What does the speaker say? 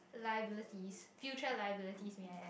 liabilities future liabilities may I add